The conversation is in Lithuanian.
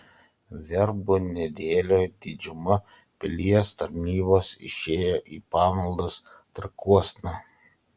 verbų nedėlioj didžiuma pilies tarnybos išėjo į pamaldas trakuosna